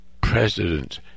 president